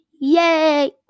Yay